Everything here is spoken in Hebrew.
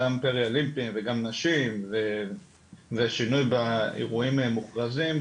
גם פראלימפי וגם נשים ושינוי באירועים מוכרזים,